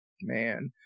man